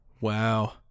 wow